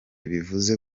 bivuze